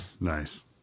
nice